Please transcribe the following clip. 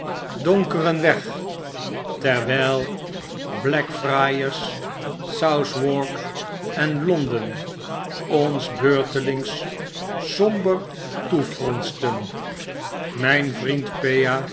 donkeren weg terwyl blackfriars southwark en louden ons beurtelings somber toefronsten mijn vriend